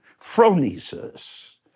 phronesis